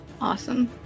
Awesome